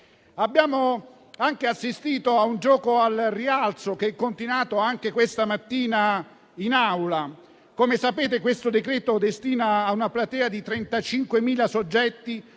Abbiamo anche assistito a un gioco al rialzo, che è continuato anche questa mattina in Aula. Come sapete, il decreto in esame destina a una platea di 35.000 soggetti